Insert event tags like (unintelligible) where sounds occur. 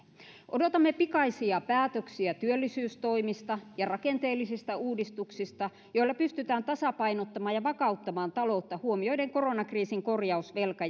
odotamme pikaisia päätöksiä työllisyystoimista ja rakenteellisista uudistuksista joilla pystytään tasapainottamaan ja vakauttamaan taloutta huomioiden koronakriisin korjausvelka (unintelligible)